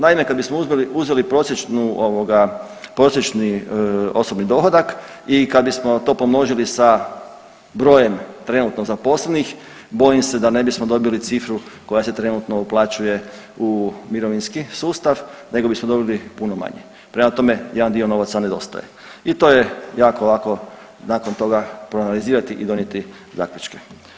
Naime, kad bismo uzeli prosječnu ovoga prosječni osobni dohodak i kad bismo to pomnožili sa brojem trenutno zaposlenih bojim se da ne bismo dobili cifru koja se trenutno uplaćuje u mirovinski sustav nego bismo dobili puno manje, prema tome jedan dio novaca nedostaje i to je jako ovako nakon toga proanalizirati i donijeti zaključke.